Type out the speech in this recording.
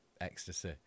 Ecstasy